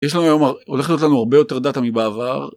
יש לנו היום, הולכת להיות לנו הרבה יותר דאטה מבעבר.